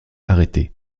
arrêtée